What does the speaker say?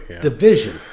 division